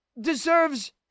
deserves